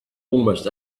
almost